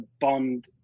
Bond